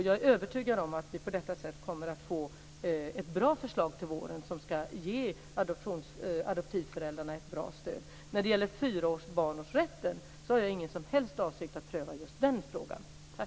Jag är övertygad om att vi på detta sätt kommer att få ett bra förslag till våren som ska ge adoptivföräldrarna ett bra stöd. Jag har ingen som helst avsikt att pröva just frågan om fyra års barnårsrätt.